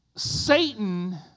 Satan